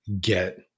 get